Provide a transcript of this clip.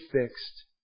fixed